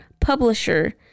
publisher